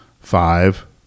five